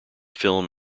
film